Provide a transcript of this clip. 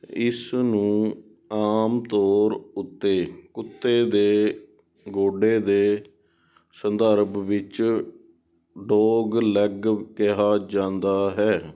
ਇਸ ਨੂੰ ਆਮ ਤੌਰ ਉੱਤੇ ਕੁੱਤੇ ਦੇ ਗੋਡੇ ਦੇ ਸੰਦਰਭ ਵਿੱਚ ਡੌਗਲੈੱਗ ਕਿਹਾ ਜਾਂਦਾ ਹੈ